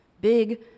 Big